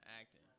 acting